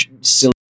silly